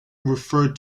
referred